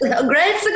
Great